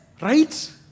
right